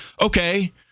Okay